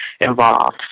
involved